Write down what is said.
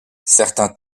certains